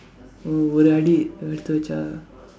oh ஒரு அடி எடுத்து வச்சா:oru adi eduththu vachsaa